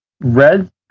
Red